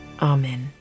Amen